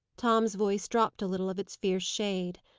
tom's voice dropped a little of its fierce shade.